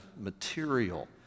material